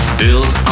build